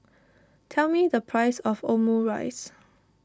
tell me the price of Omurice